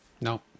No